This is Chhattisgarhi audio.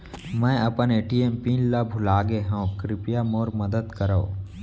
मै अपन ए.टी.एम पिन ला भूलागे हव, कृपया मोर मदद करव